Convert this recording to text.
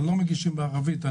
אבל לא מגישים בערבית.